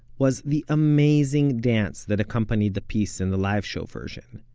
was the amazing dance that accompanied the piece in the live show version.